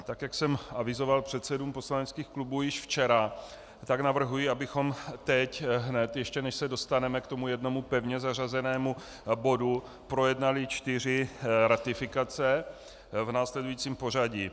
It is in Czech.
Tak jak jsem avizoval předsedům poslaneckých klubů již včera, navrhuji, abychom teď hned, ještě než se dostaneme k tomu jednomu pevně zařazenému bodu, projednali čtyři ratifikace v následujícím pořadí.